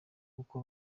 kuko